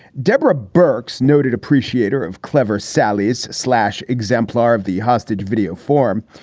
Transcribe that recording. deborah burks, noted appreciator of clever sallie's slash exemplar of the hostage video form.